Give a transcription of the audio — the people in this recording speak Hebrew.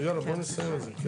נו, יאללה, בואו נסיים עם זה.